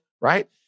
right